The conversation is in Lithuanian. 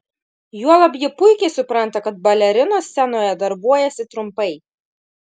juolab ji puikiai supranta kad balerinos scenoje darbuojasi trumpai